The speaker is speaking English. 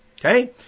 Okay